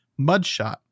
Mudshot